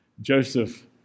Joseph